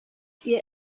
ihr